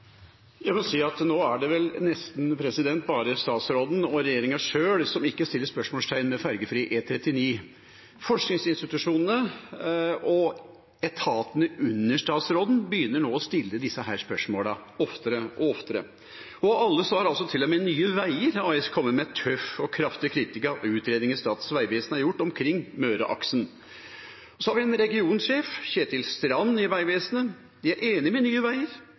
Jeg må si at nå er det vel nesten bare statsråden og regjeringa sjøl som ikke setter spørsmålstegn ved Ferjefri E39. Forskningsinstitusjonene og etatene under statsråden begynner nå å stille disse spørsmålene oftere og oftere. Til og med Nye Veier AS, av alle, har kommet med tøff og kraftig kritikk av utredninger Statens vegvesen har gjort omkring Møreaksen. Så har vi regionvegsjef Kjetil Strand i Vegvesenet, som sier de er enige med Nye veier